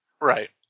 Right